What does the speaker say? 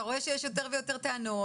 אתה רואה שיש יותר ויותר טענות,